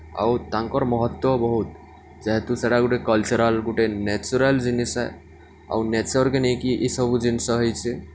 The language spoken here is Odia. ଆଉ ତାଙ୍କର୍ ମହତ୍ଵ ବହୁତ୍ ଯେହେତୁ ସେଟା ଗୁଟେ କଲ୍ଚରାଲ୍ ଗୁଟେ ନେଚୁରାଲ୍ ଜିନିଷ୍ ଏ ଆଉ ନେଚର୍କେ ନେଇକି ଇସବୁ ଜିନିଷ ହେଇଛେ